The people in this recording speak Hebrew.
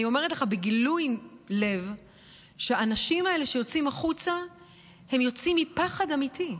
אני אומרת לך בגילוי לב שהאנשים האלה שיוצאים החוצה יוצאים מפחד אמיתי.